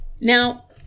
Now